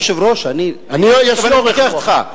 אדוני היושב-ראש, אני לא מתווכח אתך.